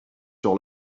sur